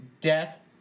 death